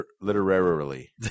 Literarily